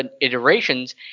iterations